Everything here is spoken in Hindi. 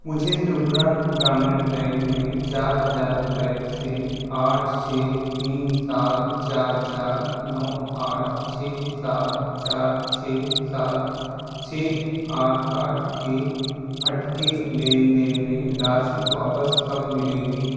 मुझे त्रिपुरा ग्रामीण बैंक में चार हज़ार रुपये से आठ छः तीन सात चार चार नौ आठ छः सात चार छः सात छः आठ आठ के अटके लेन देन में राशि वापस कब मिलेगी